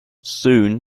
soon